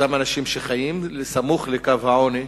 אותם אנשים שחיים סמוך לקו העוני,